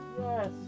Yes